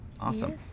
awesome